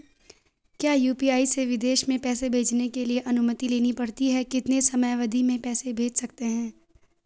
क्या यु.पी.आई से विदेश में पैसे भेजने के लिए अनुमति लेनी पड़ती है कितने समयावधि में पैसे भेज सकते हैं?